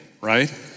right